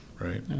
Right